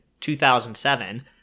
2007